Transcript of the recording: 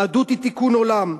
יהדות היא תיקון עולם.